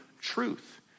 truth